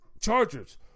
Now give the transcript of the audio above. Chargers